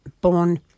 born